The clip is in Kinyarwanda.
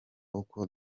uko